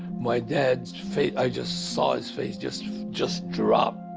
my dad's face i just saw his face just just drop.